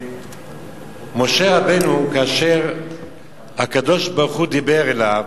ומשה רבנו, כאשר הקב"ה דיבר אליו,